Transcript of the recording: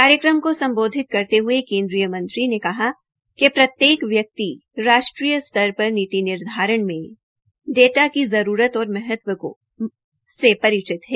कार्यक्रम को सम्बोधित करते ह्ये केन्द्रीय मंत्री श्री गंगवार ने कहा कि प्रत्येक व्यक्ति राष्ट्रीय स्तर पर नीति निर्धारण में डाटा की जरूरत और महत्व से परिचित है